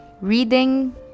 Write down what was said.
Reading